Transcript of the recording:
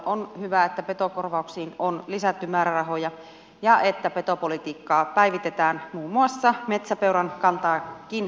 on hyvä että petokorvauksiin on lisätty määrärahoja ja että petopolitiikkaa päivitetään muun muassa metsäpeuran kantaakin silmällä pitäen